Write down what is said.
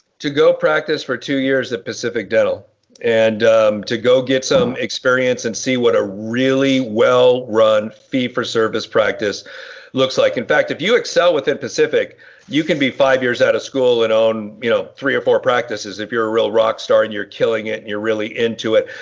to go practice for two years at pacific dental and to go get some experience and see what a really well run fee-for-service practice looks like in fact if you excel within pacific you can be five years out of school and own you know three or four practices if you're a real rock star and you're killing it and you're really into it.